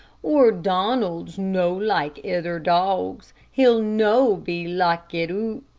oor donald's no like ither dogs, he'll no be lockit oot,